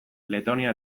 letonia